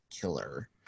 killer